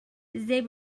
they